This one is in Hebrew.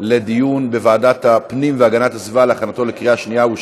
לוועדת הפנים והגנת הסביבה נתקבלה.